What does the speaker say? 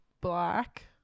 Black